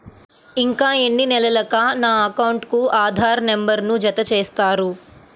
ఇంకా ఎన్ని నెలలక నా అకౌంట్కు ఆధార్ నంబర్ను జత చేస్తారు?